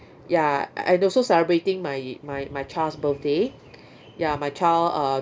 ya and also celebrating my my my child's birthday ya my child uh